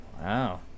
Wow